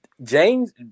James